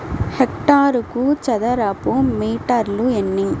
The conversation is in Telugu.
హెక్టారుకు చదరపు మీటర్లు ఎన్ని?